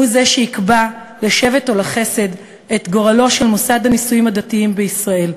הוא זה שיקבע לשבט או לחסד את גורלו של מוסד הנישואים הדתיים בישראל.